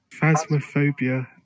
Phasmophobia